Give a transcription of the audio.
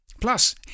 Plus